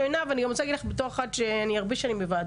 אני רוצה להגיד גם לעינב בובליל,